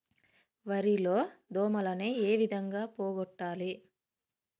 వరి లో దోమలని ఏ విధంగా పోగొట్టాలి?